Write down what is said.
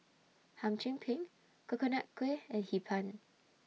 Hum Chim Peng Coconut Kuih and Hee Pan